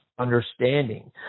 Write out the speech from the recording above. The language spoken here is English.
understanding